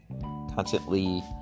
constantly